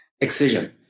excision